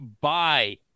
Bye